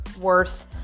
worth